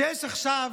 לא הבנתי,